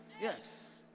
Yes